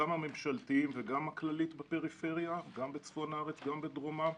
גם הממשלתיים וגם הכללית גם בצפון הארץ וגם בדרומה,